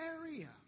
area